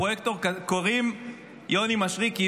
לפרויקטור קוראים יוני מישרקי,